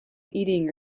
eating